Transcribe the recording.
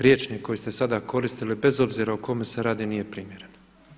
Rječnik koji ste sada koristili bez obzira o kome se radi nije primjeren.